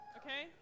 okay